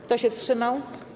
Kto się wstrzymał?